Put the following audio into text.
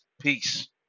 Peace